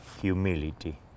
humility